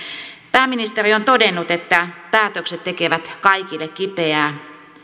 pääministeri on todennut että päätökset tekevät kaikille kipeää